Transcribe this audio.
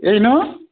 ಏನು